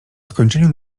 skończeniu